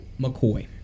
McCoy